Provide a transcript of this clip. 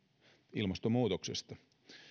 ilmastonmuutoksesta